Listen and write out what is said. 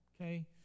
Okay